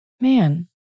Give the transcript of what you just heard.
Man